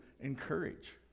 encourage